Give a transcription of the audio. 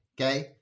okay